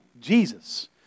Jesus